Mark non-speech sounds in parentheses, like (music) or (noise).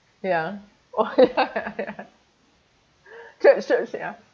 ya (laughs) oh ya ya church church ya